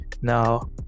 Now